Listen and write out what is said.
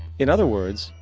in other words,